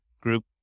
group